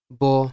bo